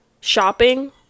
shopping